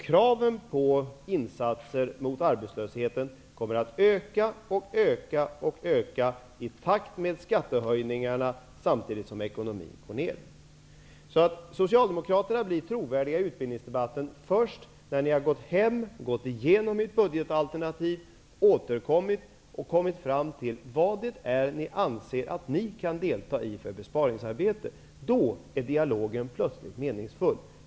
Kraven på insatser mot arbetslösheten kommer att öka och öka och öka i takt med skattehöjningarna samtidigt som ekonomin går ned. Ni socialdemokrater blir trovärdiga i utbildningsdebatten först när ni har gått hem, gått igenom budgetalternativ och sedan kommit fram till vad det är ni anser att ni kan delta i när det gäller besparingsarbete. Då är dialogen plötsligt meningsfull.